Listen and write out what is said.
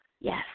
Yes